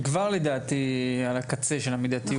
לדעתי, היא כבר על קצה המידתיות.